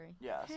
Yes